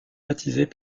baptisés